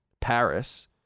Paris